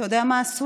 אתה יודע מה עשו?